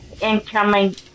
incoming